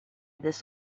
this